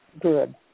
Good